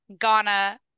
ghana